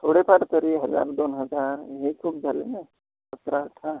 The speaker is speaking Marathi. थोडे फार तरी हजार दोन हजार हे खूप झाले ना सतरा अठरा